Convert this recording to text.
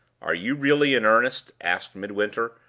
are you really in earnest? asked midwinter,